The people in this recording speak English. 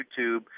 YouTube